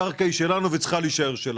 הקרקע היא שלנו והיא צריכה להישאר שלנו.